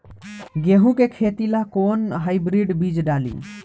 गेहूं के खेती ला कोवन हाइब्रिड बीज डाली?